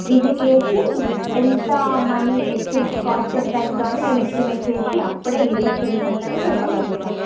visit చేసి ఎంత money ఎస్టిమ్ కాస్ట్ ఎంత అవుతుందని మేం ఎస్టిమేట్ చేసి అప్పుడే విజిట్ చేసాకనే చెప్పగలుగుతాం